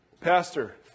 Pastor